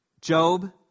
job